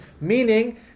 Meaning